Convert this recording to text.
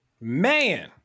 man